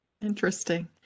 Interesting